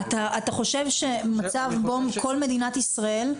אתה חושב שמצב בו כל מדינת ישראל,